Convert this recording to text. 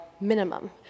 minimum